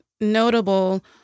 notable